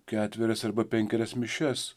ketverias arba penkerias mišias